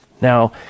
now